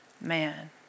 man